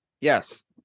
Yes